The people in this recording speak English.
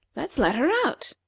let's let her out!